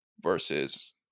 versus